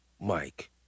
Mike